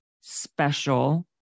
special